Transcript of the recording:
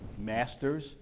masters